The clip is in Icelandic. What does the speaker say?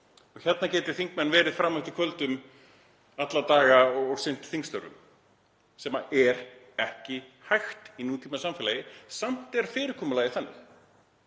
og hérna geti þingmenn verið fram eftir kvöldum alla daga og sinnt þingstörfum, sem er ekki hægt í nútímasamfélagi. Samt er fyrirkomulagið þannig.